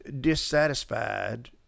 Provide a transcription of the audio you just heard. dissatisfied